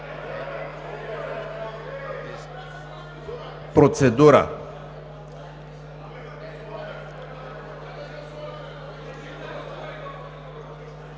Процедура!